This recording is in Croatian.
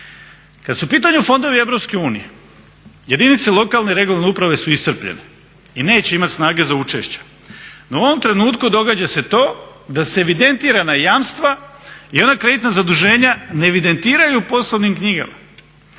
Kad su u pitanju fondovi EU jedinice lokalne i regionalne uprave su iscrpljene i neće imati snage za učešća. No u ovom trenutku događa se to da se evidentirana jamstva i ona kreditna zaduženja ne evidentiraju u poslovnim knjigama